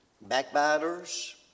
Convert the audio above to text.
backbiters